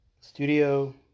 Studio